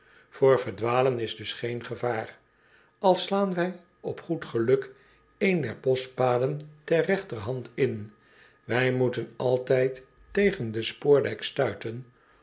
voor verdwalen is dus geen gevaar al slaan wij op goed geluk een der boschpaden ter regterhand in wij moeten altijd tegen den spoordijk stuiten